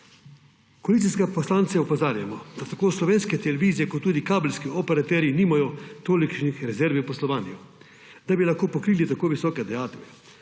Koalicijske poslance opozarjamo, da tako slovenske televizije kot tudi kabelski operaterji nimajo tolikšnih rezerv v poslovanju, da bi lahko pokrili tako visoke dajatve.